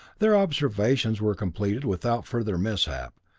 their observations were completed without further mishap,